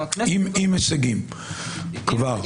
עם הישגים כבר.